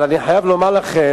אבל אני חייב לומר לכם